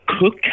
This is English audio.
Cook